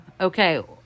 Okay